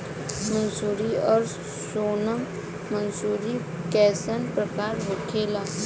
मंसूरी और सोनम मंसूरी कैसन प्रकार होखे ला?